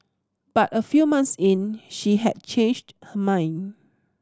but a few months in she had changed her mind